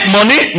money